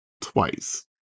twice